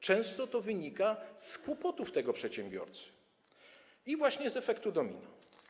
Często to wynika z kłopotów tego przedsiębiorcy i właśnie z efektu domina.